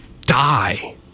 die